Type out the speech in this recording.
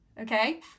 Okay